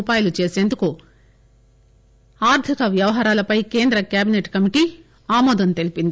రూపాయలకు చేసేందుకు ఆర్థిక వ్యవహారాలపై కేంద్ర క్యాబినెట్ కమిటీ ఆమోదం తెలిపింది